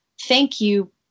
thank-you